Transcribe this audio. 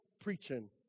preaching